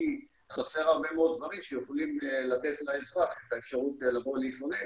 כי חסר הרבה מאוד דברים שיכולים לתת לאזרח את האפשרות לבוא להתלונן,